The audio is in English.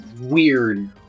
weird